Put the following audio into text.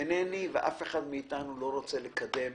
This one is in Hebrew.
אינני, ואף אחד מאתנו לא רוצה לקדם